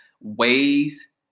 ways